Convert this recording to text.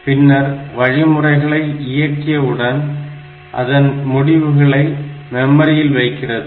பின்னர் வழிமுறைகளை இயக்கியவுடன் அதன் முடிவுகளை மெமரியில் வைக்கிறது